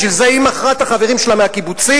בשביל זה היא מכרה את החברים שלה מהקיבוצים?